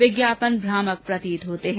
विज्ञापन भ्रामक प्रतीत होते हैं